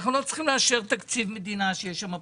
אנחנו לא צריכים לאשר תקציב מדינה שיש שם פרטים.